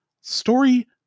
story